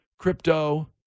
Crypto